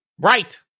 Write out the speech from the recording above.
Right